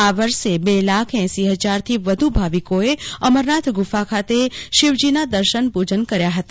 આવર્ષે બે લાખ એસી હજારથીવધુ ભાવિકોએ અમરનાથ ગુફા ખાતે શિવના દર્શન પુજા કર્યા હતા